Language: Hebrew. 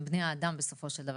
בני האדם בסופו של דבר,